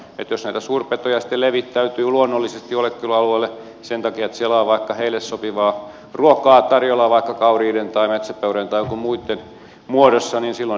jos näitä suurpetoja sitten levittäytyy luonnollisesti jollekin alueelle sen takia että siellä on vaikka niille sopivaa ruokaa tarjolla vaikka kauriiden tai metsäpeurojen tai joittenkin muitten muodossa niin silloin niitä sitten ehkä sinne siirtyy